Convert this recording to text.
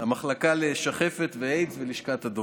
המחלקה לשחפת ואיידס ולשכת הדובר.